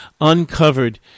uncovered